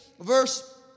verse